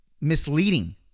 misleading